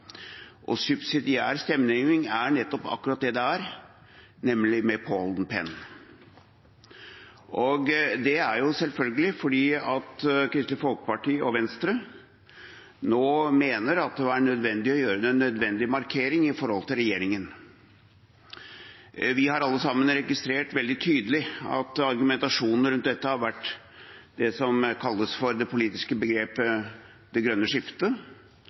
med subsidiær stemmegivning. Subsidiær stemmegivning er nettopp akkurat det det er, nemlig med påholden penn. Det er selvfølgelig fordi Kristelig Folkeparti og Venstre nå mener at det er nødvendig å gjøre en markering overfor regjeringen. Vi har alle sammen registrert veldig tydelig at argumentasjonen rundt dette har vært det som kalles for det politiske begrepet «det grønne skiftet»,